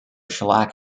shellac